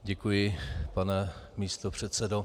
Děkuji, pane místopředsedo.